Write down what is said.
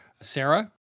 Sarah